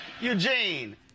Eugene